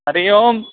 Hari Om